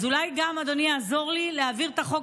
אז אולי גם אדוני יעזור לי להעביר את החוק